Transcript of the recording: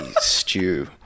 stew